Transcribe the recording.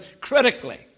critically